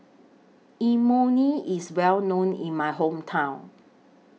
Imoni IS Well known in My Hometown